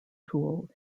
tool